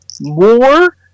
more